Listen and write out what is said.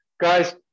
Guys